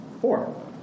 Four